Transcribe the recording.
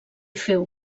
féu